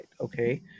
Okay